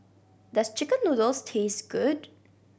does chicken noodles taste good